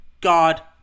god